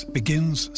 begins